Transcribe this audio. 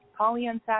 polyunsaturated